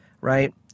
right